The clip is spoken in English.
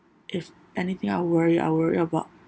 if anything I worry I worry about